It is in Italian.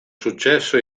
successo